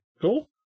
cool